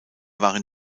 waren